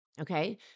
okay